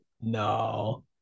No